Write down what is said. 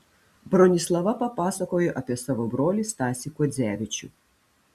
bronislava papasakojo apie savo brolį stasį kuodzevičių